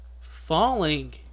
falling